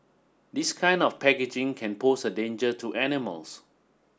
this kind of packaging can pose a danger to animals